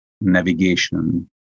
navigation